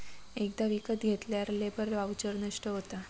एकदा विकत घेतल्यार लेबर वाउचर नष्ट होता